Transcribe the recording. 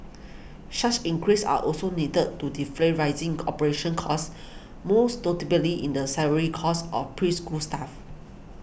such increases are also needed to defray rising operation costs most notably in the salary costs of preschool staff